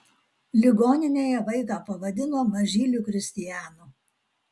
ligoninėje vaiką pavadino mažyliu kristijanu